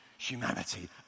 Humanity